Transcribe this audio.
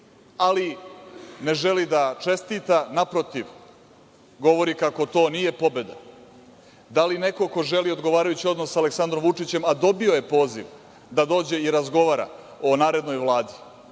ali ne želi da čestita naprotiv, govori kako to nije pobeda. Da li neko ko želi odgovarajući odnos sa Aleksandrom Vučićem, a dobio je poziv da dođe i razgovara o narednoj Vladi